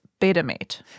Betamate